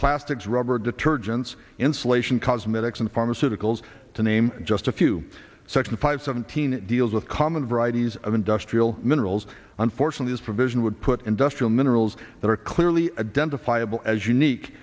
plastics rubber detergents insulation cosmetics and pharmaceuticals to name just a few section five seventeen deals with common varieties of industrial minerals unfortunately this provision would put industrial minerals that are clearly identifiable as unique